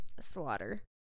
slaughter